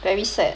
very sad